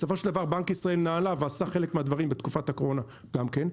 בסופו של דבר בנק ישראל נענה ועשה חלק מהדברים בתקופת הקורונה גם כן.